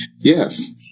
Yes